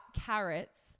carrots